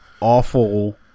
awful